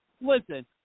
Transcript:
Listen